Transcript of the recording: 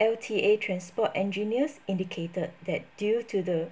L_T_A transport engineers indicated that due to the